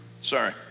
Sorry